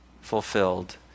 fulfilled